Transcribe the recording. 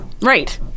Right